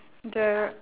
the